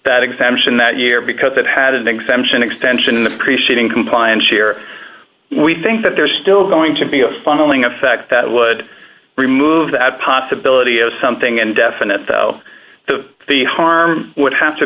that exemption that year because it had an exemption extension in the preceding compliance year we think that there's still going to be a funneling effect that would remove that possibility as something indefinite though the the harm would have to